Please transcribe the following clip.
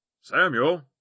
Samuel